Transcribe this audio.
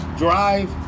Drive